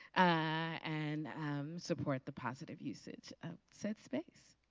and support the positive usage of said space.